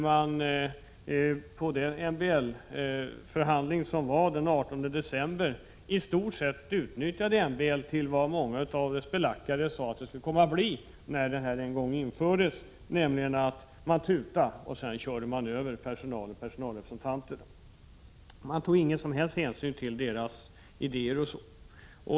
Vid den MBL-förhandling som förekom den 18 december förra året utnyttjade man i stort sett MBL så som många av dess belackare, när MBL en gång infördes, sade att det skulle komma att bli: man tutade och körde sedan över personalrepresentanterna. Man tog ingen som helst hänsyn till deras idéer.